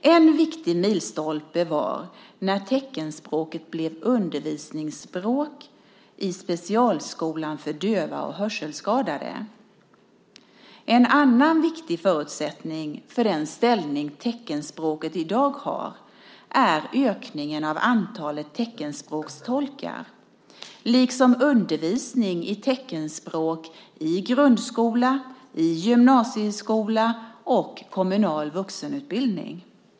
En viktig milstolpe var när teckenspråket blev undervisningsspråk i specialskolan för döva och hörselskadade. En annan viktig förutsättning för den ställning teckenspråket har i dag är ökningen av antalet teckenspråkstolkar liksom undervisning i teckenspråk i grundskola, i gymnasieskola och i kommunal vuxenutbildning.